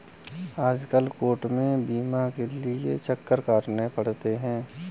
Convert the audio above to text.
आजकल कोर्ट में बीमा के लिये चक्कर काटने पड़ते हैं